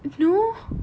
no